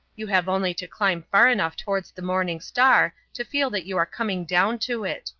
you have only to climb far enough towards the morning star to feel that you are coming down to it.